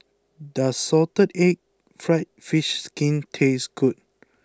does Salted Egg Fried Fish Skin taste good